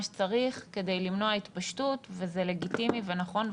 שצריך כדי למנוע התפשטות וזה לגיטימי ונכון וחשוב.